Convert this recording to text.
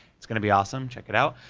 it's gonna be awesome, check it out.